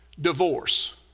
divorce